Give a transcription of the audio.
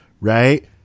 right